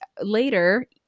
later